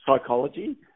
psychology